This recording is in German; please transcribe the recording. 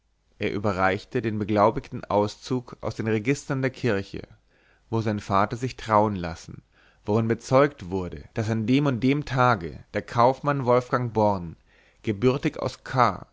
er überreichte den beglaubigten auszug aus den registern der kirche wo sein vater sich trauen lassen worin bezeugt wurde daß an dem und dem tage der kaufmann wolfgang born gebürtig aus k